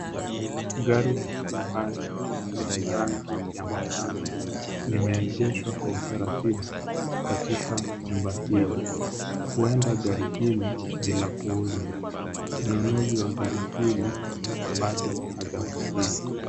Gari la kifahari lenye rangi ya manjano limeegeshwa kwa utaratibu katika jumba hili. Huenda gari hili ni la kuuzwa. Mnunuzi wa gari hili bado hajawasili.